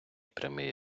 прямий